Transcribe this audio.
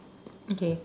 okay